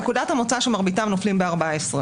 נקודת המוצא שמרביתם נופלים ב-14.